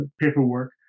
paperwork